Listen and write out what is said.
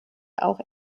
auch